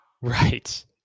Right